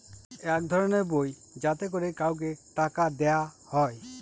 এক ধরনের বই যাতে করে কাউকে টাকা দেয়া হয়